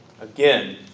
again